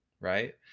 Right